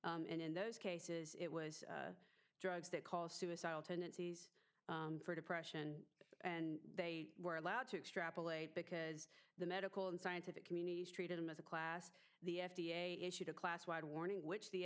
causation and in those cases it was drugs that call suicidal tendencies for depression and they were allowed to extrapolate because the medical and scientific communities treated them as a class the f d a issued a class wide warning which the